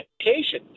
education